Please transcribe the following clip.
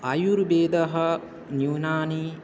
आयुर्वेदः न्यूनानि